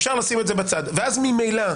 אפשר לשים את זה בצד ואז ממילא,